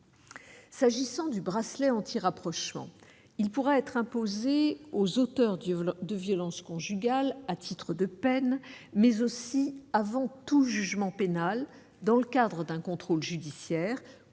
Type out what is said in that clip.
S'agissant du bracelet anti-rapprochement, il pourra être imposé aux auteurs de violences conjugales à titre de peine, mais aussi avant tout jugement pénal dans le cadre d'un contrôle judiciaire